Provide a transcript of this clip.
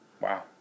Wow